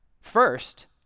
first